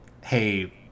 hey